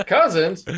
Cousins